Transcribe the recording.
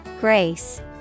Grace